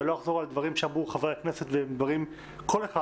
ולא אחזור על הדברים שאמרו חברי הכנסת כל אחד,